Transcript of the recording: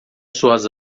suas